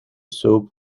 soap